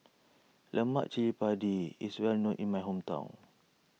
Lemak Cili Padi is well known in my hometown